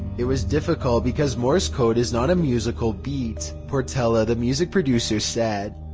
it was difficult because morse code is not a musical beat, portela, the music producer, said.